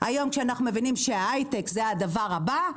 היום כשאנחנו מבינים שההייטק זה הדבר הבא,